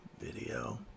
video